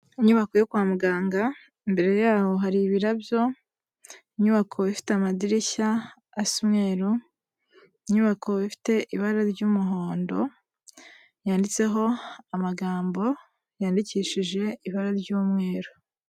Inyubako yo kwa muganga, imbere yaho hari ibirabyo, inyubako ifite amadirishya asa umweru, inyubako ifite ibara ry'umuhondo, yanditseho amagambo yandikishije ibara ry'umweru.